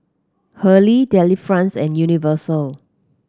Hurley Delifrance and Universal